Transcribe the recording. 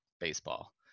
baseball